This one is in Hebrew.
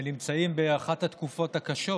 שנמצאים באחת התקופות הקשות.